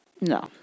No